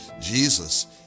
Jesus